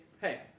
hey